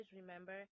remember